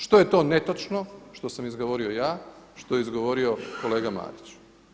Što je to netočno što sam izgovorio ja, što je izgovorio kolega Marić?